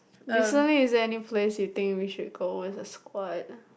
recently is there any place you think we should go as a squad